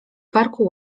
parku